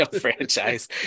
franchise